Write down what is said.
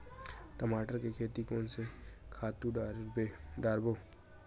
टमाटर के खेती कोन से खातु डारबो?